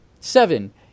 Seven